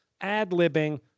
ad-libbing